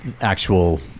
actual